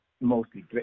mostly